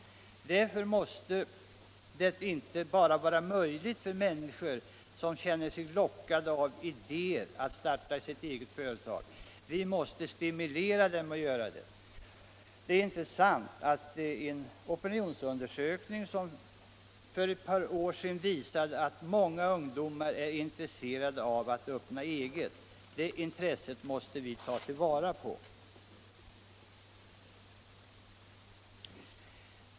Därför måste det inte bara vara möjligt för människor som känner sig lockade och har idéer att starta ett eget företag — vi måste stimulera dem att göra det. Det är intressant att en opinionsundersökning för ett par år sedan visade att många ungdomar är intresserade av att öppna eget. Det intresset måste vi ta till vara.